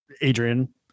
Adrian